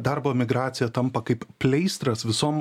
darbo migracija tampa kaip pleistras visom